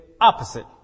opposite